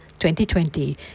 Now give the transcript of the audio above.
2020